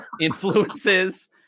influences